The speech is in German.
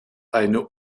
eine